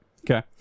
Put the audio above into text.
okay